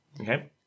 Okay